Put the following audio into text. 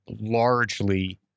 largely